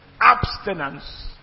abstinence